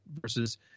versus